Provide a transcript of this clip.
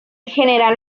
general